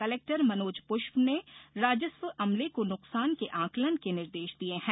collector Manoj Pushp ने राजस्व अमले को नुकसान के आंकलन के निर्देश दिए हैं